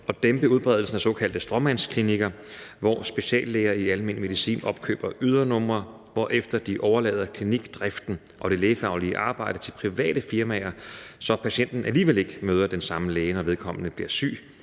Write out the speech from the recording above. at dæmpe udbredelsen af såkaldte stråmandsklinikker, hvor speciallæger i almen medicin opkøber ydernumre, hvorefter de overlader klinikdriften og det lægefaglige arbejde til private firmaer, så patienten alligevel ikke møder den samme læge, når vedkommende bliver syg.